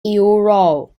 euro